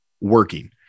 working